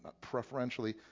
preferentially